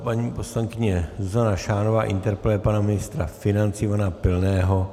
Paní poslankyně Zuzana Šánová interpeluje pana ministra financí Ivana Pilného.